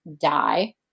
die